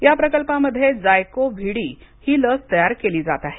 या प्रकल्पामध्ये Zyco V D ही लस तयार केली जात आहे